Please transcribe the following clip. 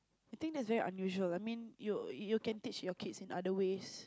I think that's very unusual I mean you you can teach your kids in other ways